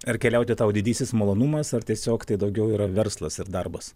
ar keliauti tau didysis malonumas ar tiesiog tai daugiau yra verslas ir darbas